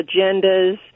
agendas